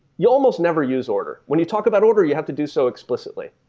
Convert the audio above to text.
you almost never use order. when you talk about order, you have to do so explicitly.